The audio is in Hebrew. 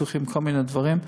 בכל מיני ניתוחים,